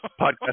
Podcast